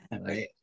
Right